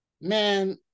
man